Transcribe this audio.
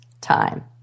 time